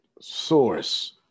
source